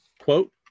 quote